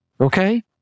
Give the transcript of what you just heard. okay